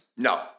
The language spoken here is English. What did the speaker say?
No